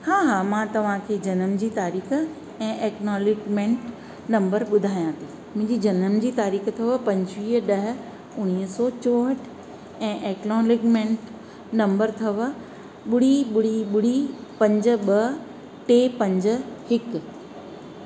हा हा मां तव्हां खे जनम जी तारीख़ ऐं एक्नोलिजमेंट नंबर ॿुधाया थी मुंहिंजी जनम जी तारीख़ अथव पंजवीह ॾह उणिवीह सौ चौहठि ऐं एक्नोलिजमेंट नंबर अथव ॿुड़ी ॿुड़ी ॿुड़ी पंज ॿ टे पंज हिकु